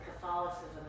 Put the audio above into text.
Catholicism